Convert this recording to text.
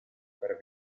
per